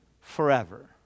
forever